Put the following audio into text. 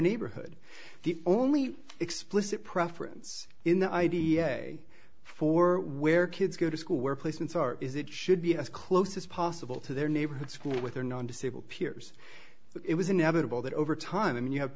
neighborhood the only explicit preference in the idea for where kids go to school where placements are is it should be as close as possible to their neighborhood school with their non disabled peers it was inevitable that over time you have